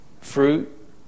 fruit